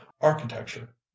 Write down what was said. architecture